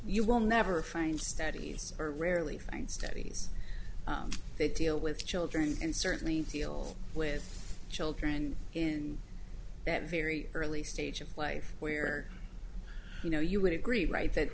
you will never find studies or rarely find studies they deal with children and certainly deal with children in that very early stage of life where you know you would agree right that